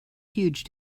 huge